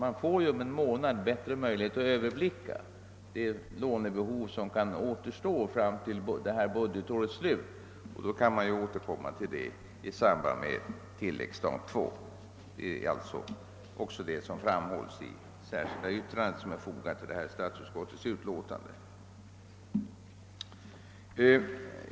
Vi får ju om en månad bättre möjligheter att överblicka lånebehovet fram till budgetårets slut, och då kan vi återkomma i samband med behandlingen av tilläggsstat II, såsom också framhålls i det särskilda yttrande som är fogat till statsutskottets utlåtande.